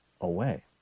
away